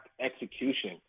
execution